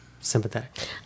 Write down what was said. sympathetic